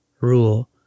rule